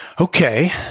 Okay